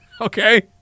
Okay